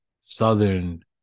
southern